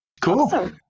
Cool